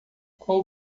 qual